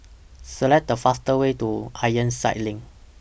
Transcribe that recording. Select The faster Way to Ironside LINK